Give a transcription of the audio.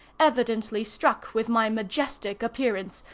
evidently struck with my majestic appearance,